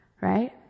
right